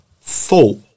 thought